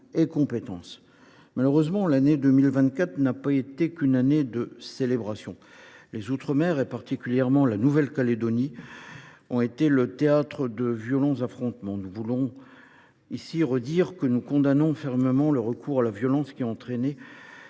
et de reconnaissance. Hélas ! 2024 n’a pas été qu’une année de célébrations. Les outre mer, particulièrement la Nouvelle Calédonie, ont été le théâtre de violents affrontements. Nous voulons redire ici que nous condamnons fermement le recours à la violence, qui a entraîné